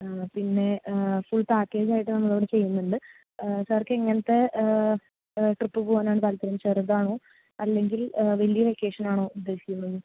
പിന്നെ ഫുൾ പാക്കേജായിട്ട് നമ്മളിവിടെ ചെയ്യുന്നുണ്ട് സർക്ക് എങ്ങനത്തെ ട്രിപ്പ് പോവാനാണ് താല്പര്യം ചെറുതാണോ അല്ലെങ്കിൽ വലിയ വെക്കേഷനാണോ ഉദ്ദേശിക്കുന്നത്